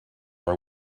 are